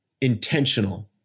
intentional